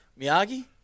Miyagi